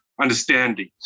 understanding